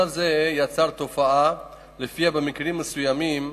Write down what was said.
מצב זה יצר תופעה שלפיה במקרים מסוימים